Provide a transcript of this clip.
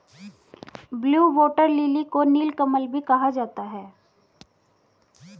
blue water lily को नीलकमल भी कहा जाता है